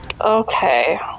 Okay